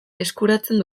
eskuratzen